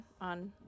on